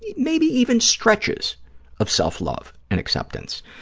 maybe even stretches of self-love and acceptance.